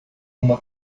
uma